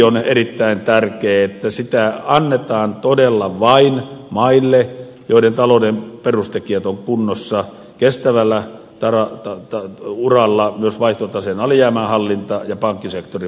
on erittäin tärkeätä että tätä ennakollista tukea annetaan todella vain maille joiden talouden perustekijät ovat kunnossa kestävällä uralla myös vaihtotaseen alijäämän hallinta ja pankkisektorin vakavaraisuus